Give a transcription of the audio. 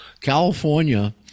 California –